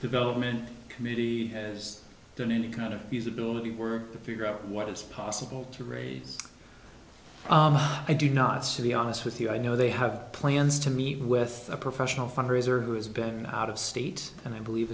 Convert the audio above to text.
development committee has done any kind of feasibility work to figure out what is possible to raise i do not see the honest with you i know they have plans to meet with a professional fundraiser who has been out of state and i believe